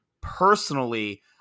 Personally